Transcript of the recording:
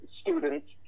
students